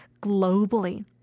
globally